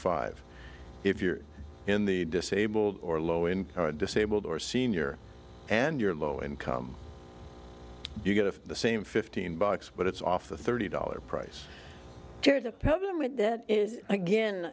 five if you're in the disabled or low income and disabled or senior and you're low income you get of the same fifteen bucks but it's off the thirty dollars price